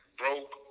broke